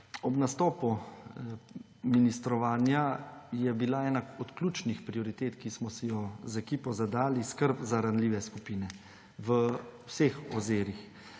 Ob nastopu ministrovanja je bila ena od ključnih prioritet, ki smo si jo z ekipo zadali, skrb za ranljive skupine v vseh ozirih.